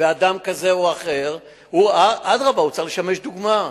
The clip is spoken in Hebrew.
ואדם כזה או אחר, אדרבה, הוא צריך לשמש דוגמה.